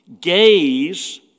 Gaze